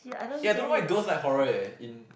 eh I don't know why girls like horror eh in